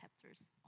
chapters